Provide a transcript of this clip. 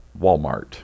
Walmart